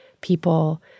people